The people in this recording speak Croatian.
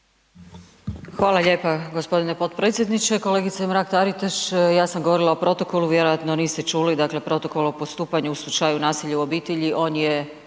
Hvala lijepa g. potpredsjedniče. Kolegice Mrak Taritaš, ja sam govorila o protokolu, vjerojatno niste čuli, dakle protokol o postupanju u slučaju nasilja u obitelji,